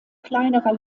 kleinerer